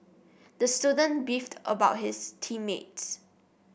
the student beefed about his team mates